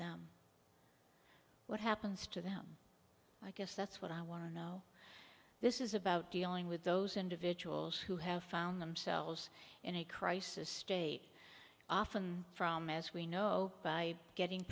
them what happens to them i guess that's what i want to know this is about dealing with those individuals who have found themselves in a crisis state often from as we know by getting